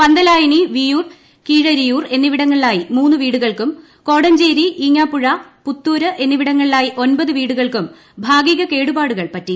പന്തലായനി വിയൂർ കീഴരിയൂർ എന്നിവിടങ്ങളിലായി മൂന്ന് വീടുകൾക്കും കോടഞ്ചേരി ഈങ്ങാപ്പുഴ പുത്തൂര് എന്നവിടങ്ങളിലായി ഒൻപത് വീടുകൾക്കും ഭാഗിക കേടുപാടുകൾ പറ്റി